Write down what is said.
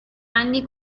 anni